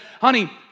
Honey